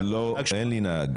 לא, אין לי נהג.